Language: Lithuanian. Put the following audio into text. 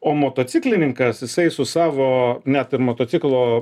o motociklininkas jisai su savo net ir motociklo